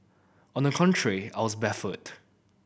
on the contrary I was baffled